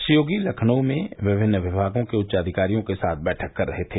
श्री योगी लखनऊ में विभिन्न विभागों के उच्चाधिकारियों के साथ बैठक कर रहे थे